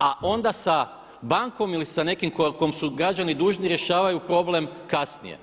a onda sa bankom ili sa nekim kom su građani dužni rješavaju problem kasnije.